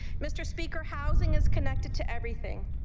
mr. speaker, housing is connected to everything.